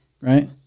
right